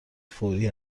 فوری